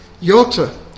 Yalta